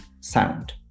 sound